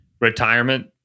retirement